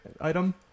item